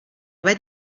vet